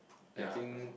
I think